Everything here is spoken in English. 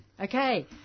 Okay